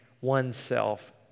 oneself